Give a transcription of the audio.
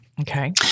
Okay